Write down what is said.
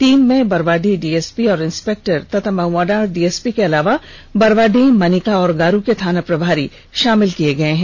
team में Barwadih DSP व inspector तथा महुआडांड़ डीएसपी के अलावा बरवाडीह मनिका और गारू के थाना प्रभारी शामिल किए गए हैं